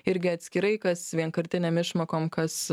irgi atskirai kas vienkartinėm išmokom kas